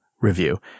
Review